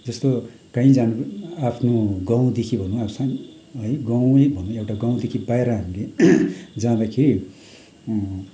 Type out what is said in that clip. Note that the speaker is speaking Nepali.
जस्तो कहीँ जानु आफ्नो गाउँदेखि भनौँ अब सा है गावैँ भनौँ एउटा गाउँदेखि बाहिर हामी जादाँखेरि